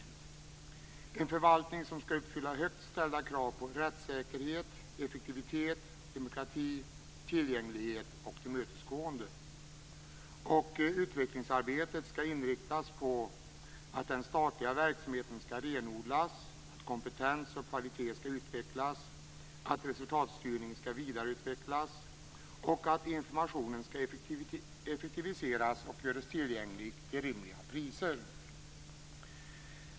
Denna förvaltning skall uppfylla högt ställda krav på rättssäkerhet, effektivitet, demokrati, tillgänglighet och tillmötesgående. Utvecklingsarbetet skall inriktas på att den statliga verksamheten skall renodlas, att kompetens och kvalitet skall utvecklas, att resultatstyrningen skall vidareutvecklas och att informationen skall effektiviseras och göras tillgänglig till rimliga priser.